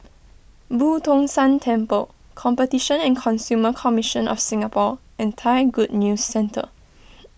Boo Tong San Temple Competition and Consumer Commission of Singapore and Thai Good News Centre